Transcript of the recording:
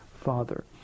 father